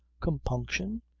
compunction?